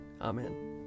Amen